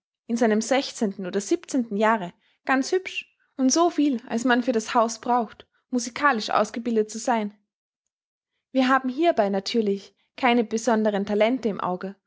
in seinem oder jahre ganz hübsch und so viel als man für das haus braucht musikalisch ausgebildet zu sein wir haben hierbei natürlich keine besonderen talente im auge